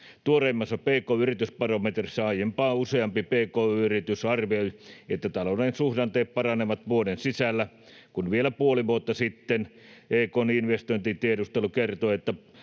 Tuoreimmassa pk-yritysbarometrissä aiempaa useampi pk-yritys arvioi, että talouden suhdanteet paranevat vuoden sisällä, ja vielä puoli vuotta sitten EK:n Investointitiedustelu kertoi,